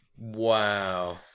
Wow